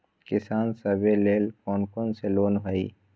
किसान सवे लेल कौन कौन से लोने हई?